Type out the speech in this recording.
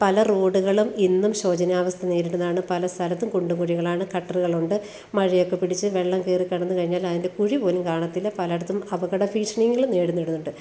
പല റോഡുകളും ഇന്നും ശോചനാവസ്ഥ നേരിടുന്നതാണ് പല സ്ഥലത്തും കുണ്ടും കുഴികളാണ് കട്ടറുകളുണ്ട് മഴയൊക്കെ പിടിച്ച് വെള്ളം കയറി കിടന്ന് കഴിഞ്ഞാൽ അതിൻ്റെ കുഴി പോലും കാണത്തില്ല പലയിടത്തും അപകട ഭീഷണികൾ നേരിടുന്നുണ്ട്